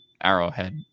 Arrowhead